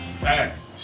Facts